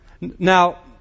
Now